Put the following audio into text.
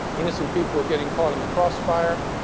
innocent people were getting caught in the crossfire.